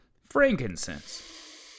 frankincense